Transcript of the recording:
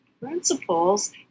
principles